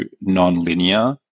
non-linear